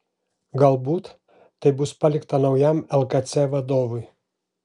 galbūt tai bus palikta naujam lkc vadovui